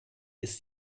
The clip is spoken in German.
ist